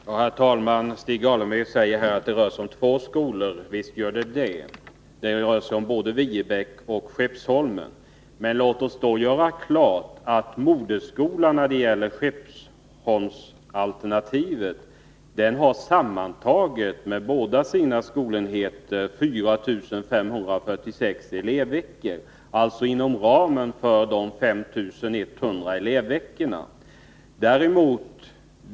Herr talman! Stig Alemyr säger att det rör sig om två skolor. Ja, det rör sig om både Viebäck och Skeppsholmen. Men låt oss då göra klart att moderskolan när det gäller Skeppsholmen har sammantaget med båda sina skolenheter 4 546 elevveckor, alltså inom ramen för de 5 100 elevveckorna.